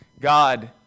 God